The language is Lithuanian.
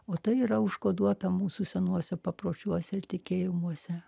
o tai yra užkoduota mūsų senuose papročiuose tikėjimuose